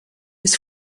was